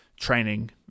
training